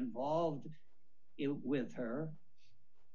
involved with her